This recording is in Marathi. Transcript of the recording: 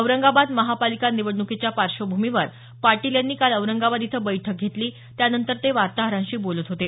औरंगाबाद महापालिका निवडणुकीच्या पार्श्वभूमीवर पाटील यांनी काल औरंगाबाद इथं बैठक घेतली त्यानंतर ते वार्ताहरांशी बोलत होते